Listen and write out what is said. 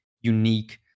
unique